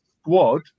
squad